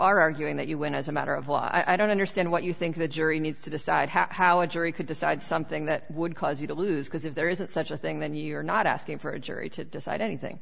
are arguing that you went as a matter of law i don't understand what you think the jury needs to decide how a jury could decide something that would cause you to lose because if there isn't such a thing then you're not asking for a jury to decide anything